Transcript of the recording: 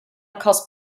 cost